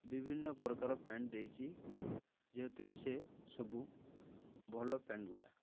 ବିଭିନ୍ନପ୍ରକାର ପ୍ୟାଣ୍ଟ୍ ଦେଇଛି ଯେହେତୁକି ସେ ସବୁ ଭଲ ପ୍ୟାଣ୍ଟ୍ଗୁଡ଼ା